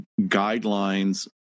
guidelines